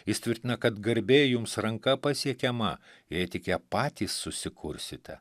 jis tvirtina kad garbė jums ranka pasiekiama jei tik ją patys susikursite